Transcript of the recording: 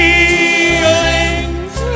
Feelings